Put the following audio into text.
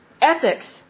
Ethics